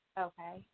Okay